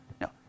No